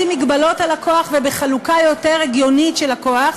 לשים מגבלות על הכוח ולאפשר חלוקה יותר הגיונית של הכוח,